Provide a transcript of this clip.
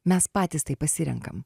mes patys tai pasirenkam